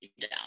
down